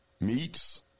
meats